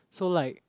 so like